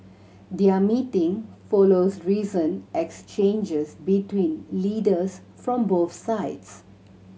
their meeting follows recent exchanges between leaders from both sides